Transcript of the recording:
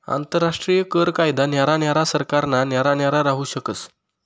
आंतरराष्ट्रीय कर कायदा न्यारा न्यारा सरकारना न्यारा न्यारा राहू शकस